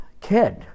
kid